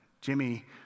Jimmy